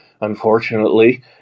unfortunately